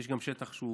יש גם שטח שהוא